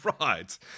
right